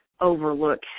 overlook